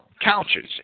couches